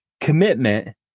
commitment